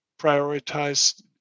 prioritize